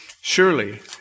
Surely